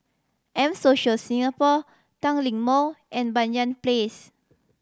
M Social Singapore Tanglin Mall and Banyan Place